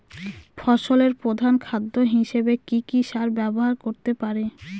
ফসলের প্রধান খাদ্য হিসেবে কি কি সার ব্যবহার করতে পারি?